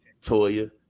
Toya